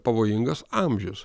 pavojingas amžius